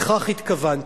לכך התכוונתי.